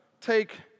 take